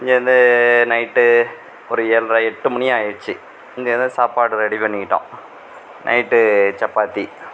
இங்கிருந்து நைட்டு ஒரு ஏழ்ரை எட்டு மணி ஆகிடிச்சி இங்கிருந்தே சாப்பாடு ரெடி பண்ணிக்கிட்டோம் நைட்டு சப்பாத்தி